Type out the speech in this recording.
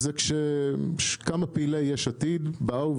זה כאשר כמה פעילי "יש עתיד" באו,